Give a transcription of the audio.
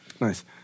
nice